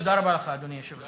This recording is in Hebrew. תודה רבה לך, אדוני היושב-ראש.